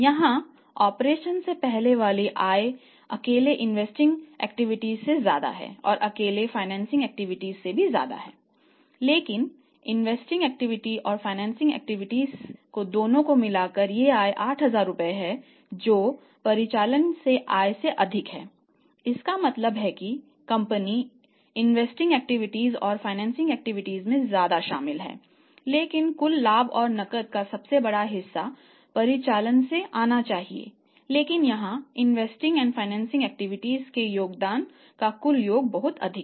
यहां ऑपरेशन से होने वाली आय अकेले इन्वेस्टिंग एक्टिविटीज से योगदान का कुल योग बहुत अधिक है